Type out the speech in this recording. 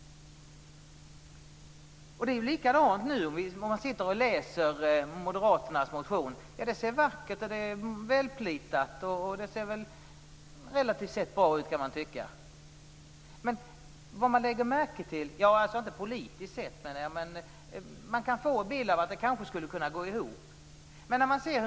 Det är likadant nu. När man läser moderaternas motion ser det välplitat och relativt bra ut, kan man tycka. Det gäller inte politiskt sett, men man kan få en bild av att det kanske skulle kunna gå ihop.